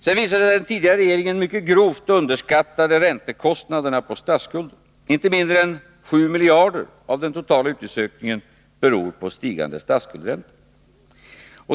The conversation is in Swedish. Sedan visar det sig att den tidigare regeringen mycket grovt underskattade räntekostnaderna på statsskulden. Inte mindre än 7 miljarder av den totala utgiftsökningen beror på stigande statsskuldräntor.